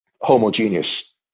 homogeneous